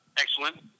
Excellent